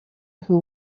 who